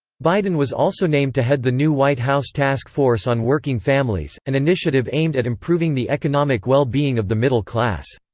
biden was also named to head the new white house task force on working families, an initiative aimed at improving the economic well being of the middle class.